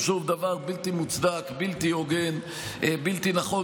שוב, דבר בלתי מוצדק בלתי הוגן, בלתי נכון.